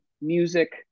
music